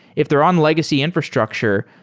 if they're on legacy infrastructure,